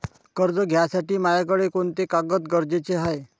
कर्ज घ्यासाठी मायाकडं कोंते कागद गरजेचे हाय?